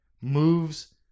moves